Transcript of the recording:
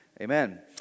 Amen